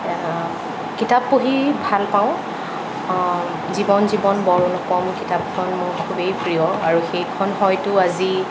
কিতাপ পঢ়ি ভাল পাওঁ জীৱন জীৱন বৰ অনুপম কিতাপখন মোৰ খুবেই প্ৰিয় আৰু সেইখন হয়তো আজি